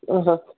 ആ ഹാ